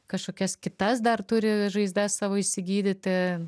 kažkokias kitas dar turi žaizdas savo išsigydyti